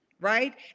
right